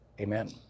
Amen